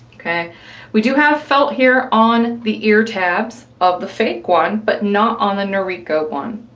we do have felt here on the ear tabs of the fake one, but not on the noriko one.